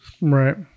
Right